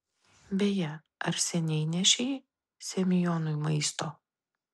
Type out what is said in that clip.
beje ar seniai nešei semionui maisto